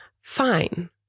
Fine